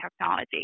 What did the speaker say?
technology